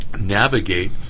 Navigate